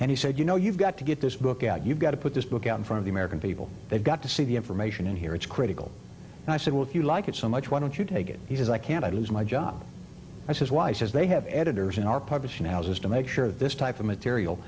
and he said you know you've got to get this book out you've got to put this book out in front of the american people they've got to see the information in here it's critical and i said well if you like it so much why don't you take it he says i can't i lose my job and his wife says they have editors in our publishing houses to make sure this type of material